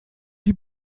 die